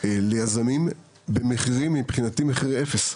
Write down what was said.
ליזמים במחירים שהם מבחינתי מחירים אפסיים.